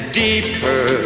deeper